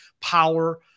power